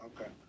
Okay